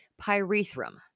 pyrethrum